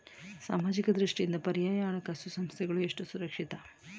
ಸಾಮಾಜಿಕ ದೃಷ್ಟಿಯಿಂದ ಪರ್ಯಾಯ ಹಣಕಾಸು ಸಂಸ್ಥೆಗಳು ಎಷ್ಟು ಸುರಕ್ಷಿತ?